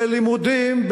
בלימודים,